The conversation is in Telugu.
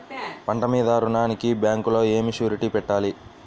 పంట మీద రుణానికి బ్యాంకులో ఏమి షూరిటీ పెట్టాలి?